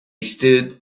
stood